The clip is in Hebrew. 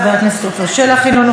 חברת הכנסת פנינה תמנו-שטה,